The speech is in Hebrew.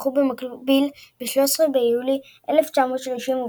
נערכו במקביל ב-13 ביולי 1930,